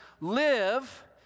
live